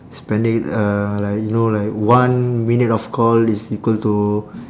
spending uh like you know like one minute of call is equal to